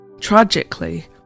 Tragically